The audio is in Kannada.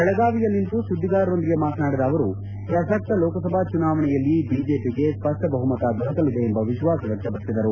ಬೆಳಗಾವಿಯಲ್ಲಿಂದು ಸುದ್ದಿಗಾರರೊಂದಿಗೆ ಮಾತನಾಡಿದ ಅವರು ಪ್ರಸಕ್ತ ಲೋಕಸಭಾ ಚುನಾವಣೆಯಲ್ಲಿ ಬಿಜೆಪಿಗೆ ಸ್ಪಷ್ಟ ಬಹುಮತ ದೊರಕಲಿದೆ ಎಂಬ ವಿಶ್ವಾಸ ವ್ಯಕ್ತಪಡಿಸಿದರು